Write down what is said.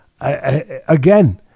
Again